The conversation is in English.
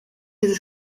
his